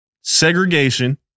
Segregation